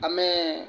ଆମେ